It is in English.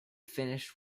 finished